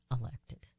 elected